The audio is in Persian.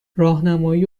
راهنمایی